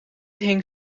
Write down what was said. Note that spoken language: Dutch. hing